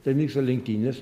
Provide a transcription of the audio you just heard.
ten vyksta lenktynės